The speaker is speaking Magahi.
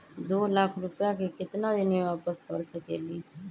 दो लाख रुपया के केतना दिन में वापस कर सकेली?